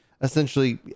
essentially